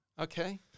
Okay